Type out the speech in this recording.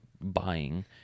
buying